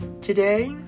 today